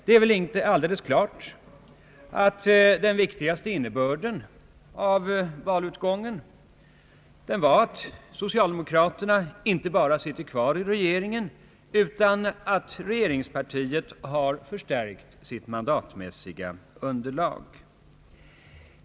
Den viktigaste innebörden av valet var att socialdemokraterna inte bara sitter kvar i regeringen utan att regeringspartiet har förstärkt sitt mandatmässiga underlag.